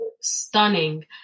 stunning